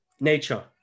Nature